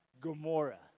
Gomorrah